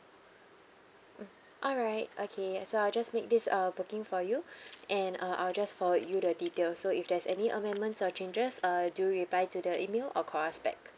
alright okay so I'll just make this uh booking for you and uh I'll just forward you the details so if there's any amendments or changes uh do reply to the email or call us back